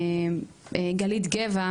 גלית גבע,